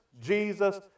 Jesus